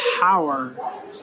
power